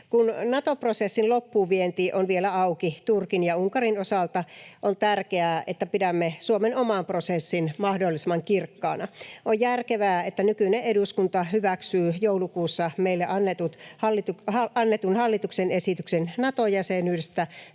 Kun Nato-prosessin loppuun vienti on vielä auki Turkin ja Unkarin osalta, on tärkeää, että pidämme Suomen oman prosessin mahdollisimman kirkkaana. On järkevää, että nykyinen eduskunta hyväksyy joulukuussa meille annetun hallituksen esityksen Nato-jäsenyydestä.